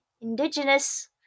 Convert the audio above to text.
indigenous